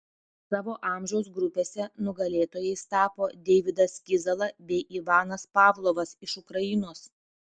savo amžiaus grupėse nugalėtojais tapo deividas kizala bei ivanas pavlovas iš ukrainos